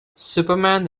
superman